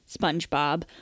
Spongebob